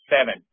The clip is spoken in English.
seven